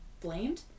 blamed